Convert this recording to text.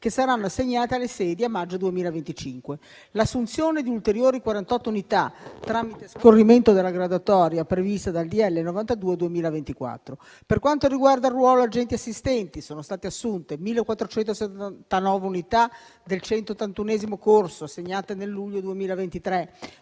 che saranno assegnati alle sedi a maggio 2025, e l'assunzione di ulteriori 48 unità tramite scorrimento della graduatoria, come previsto dal decreto-legge n. 92 del 2024. Per quanto riguarda il ruolo degli agenti assistenti, sono state assunte 1.479 unità del 181° corso, assegnate nel luglio 2023;